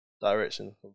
direction